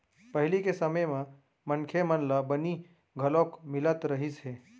पहिली के समे म मनखे मन ल बनी घलोक मिलत रहिस हे